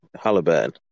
Halliburton